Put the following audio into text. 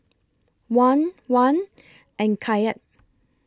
Won Won and Kyat